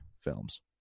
films